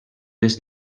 les